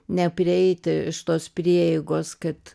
neprieiti iš tos prieigos kad